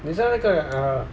你知道那个 uh